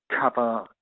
cover